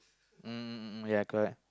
mm ya correct